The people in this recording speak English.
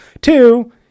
Two